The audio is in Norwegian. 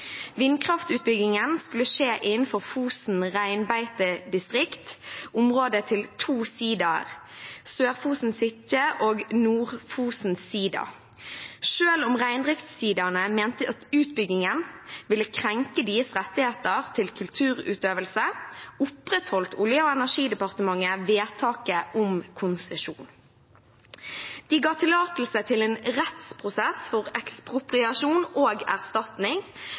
Vindkraftutbyggingen skulle skje innenfor Fosen reinbeitedistrikt, området til to siidaer, Sør-Fosen sitje og Nord-Fosen siida. Selv om reindriftssiidaene mente at utbyggingen ville krenke deres rettigheter til kulturutøvelse, opprettholdt Olje- og energidepartementet vedtaket om konsesjon. De ga tillatelse til en rettsprosess for ekspropriasjon og erstatning,